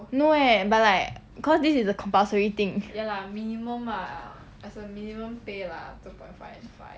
no eh but like cause this is a compulsory thing